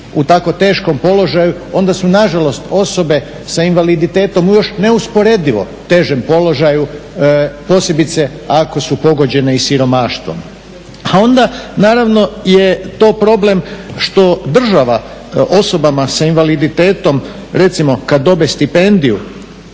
u tako teškom položaju onda su nažalost osobe s invaliditetom u još neusporedivo težem položaju, posebice ako su pogođene i siromaštvom. A onda naravno je to problem što država osobama s invaliditetom recimo kada dobe stipendiju,